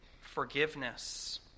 forgiveness